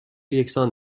یکسان